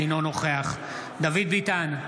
אינו נוכח דוד ביטן,